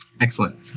Excellent